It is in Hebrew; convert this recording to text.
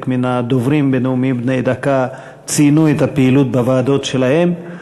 וחלק מהדוברים ציינו בנאומים בני דקה את הפעילות בוועדות שלהם.